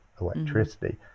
electricity